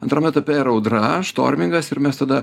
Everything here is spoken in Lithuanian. antrame etape yra audra štormingas ir mes tada